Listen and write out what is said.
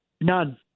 None